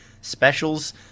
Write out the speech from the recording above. specials